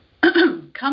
come